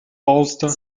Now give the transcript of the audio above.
bolster